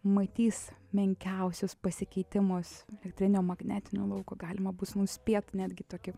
matys menkiausius pasikeitimus elektrinio magnetinio lauko galima bus nuspėt netgi tokį